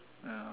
ya